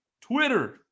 Twitter